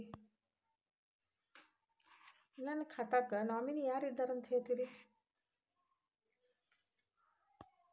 ನನ್ನ ಖಾತಾಕ್ಕ ನಾಮಿನಿ ಯಾರ ಇದಾರಂತ ಹೇಳತಿರಿ?